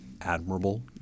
admirable